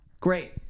Great